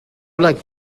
like